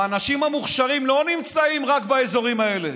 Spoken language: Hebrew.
האנשים המוכשרים לא נמצאים רק באזורים האלה.